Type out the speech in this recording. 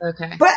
Okay